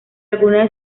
algunas